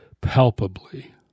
palpably